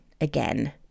again